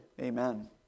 Amen